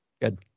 good